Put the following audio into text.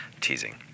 teasing